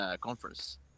conference